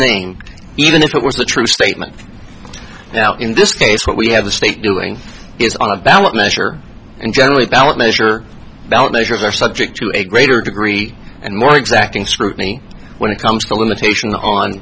name even if it was the true statement that in this case what we have the state doing is on a ballot measure and generally ballot measure ballot measures are subject to a greater degree and more exacting scrutiny when it comes to limitation on